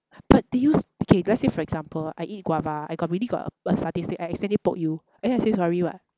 but they use okay let's say for example I eat guava I got really got a a satay stick I accidentally poke you and then I say sorry [what]